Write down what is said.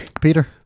Peter